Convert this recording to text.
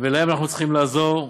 ולהם אנחנו צריכים לעזור.